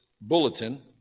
bulletin